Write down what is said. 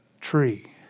tree